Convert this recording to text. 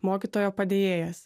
mokytojo padėjėjas